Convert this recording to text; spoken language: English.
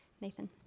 Nathan